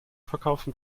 verkaufen